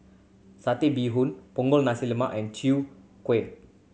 Satay Bee Hoon Punggol Nasi Lemak and Chwee Kueh